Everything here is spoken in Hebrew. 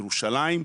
ירושלים,